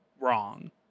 wrong